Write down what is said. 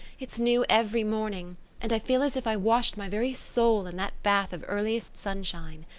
it's new every morning, and i feel as if i washed my very soul in that bath of earliest sunshine.